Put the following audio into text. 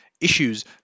issues